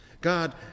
God